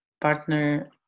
partner